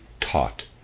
taught